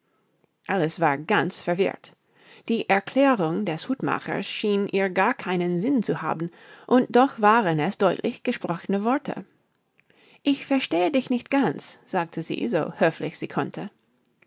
alice war ganz verwirrt die erklärung des hutmachers schien ihr gar keinen sinn zu haben und doch waren es deutlich gesprochne worte ich verstehe dich nicht ganz sagte sie so höflich sie konnte